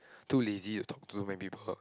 too lazy to talk many people